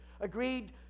agreed